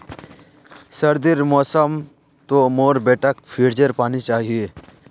सर्दीर मौसम तो मोर बेटाक फ्रिजेर पानी चाहिए